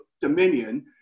Dominion